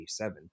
1987